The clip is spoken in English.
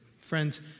Friends